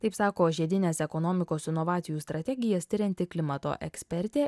taip sako žiedinės ekonomikos inovacijų strategijas tirianti klimato ekspertė